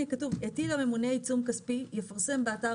הטיל הממונה עיצום כספי יפרסם באתר